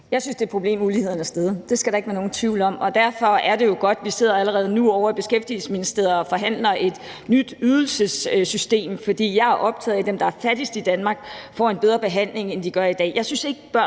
Jeg synes, det er et problem, at uligheden er steget. Det skal der ikke være nogen tvivl om. Og derfor er det jo godt, at vi allerede nu sidder ovre i Beskæftigelsesministeriet og forhandler et nyt ydelsessystem, for jeg er optaget af, at dem, der er fattigst i Danmark, får en bedre behandling, end de gør i dag.